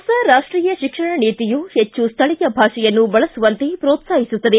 ಹೊಸ ರಾಷ್ಟೀಯ ಶಿಕ್ಷಣ ನೀತಿಯು ಹೆಚ್ಚು ಸ್ಥಳೀಯ ಭಾಷೆಯನ್ನು ಬಳಸುವಂತೆ ಪೋತ್ಲಾಹಿಸುತ್ತದೆ